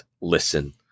listen